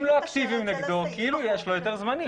אם לא אקטיביים נגדו, כאילו יש לו היתר זמני.